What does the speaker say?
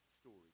story